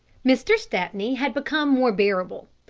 mr. stepney had become more bearable.